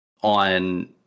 on